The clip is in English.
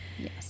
Yes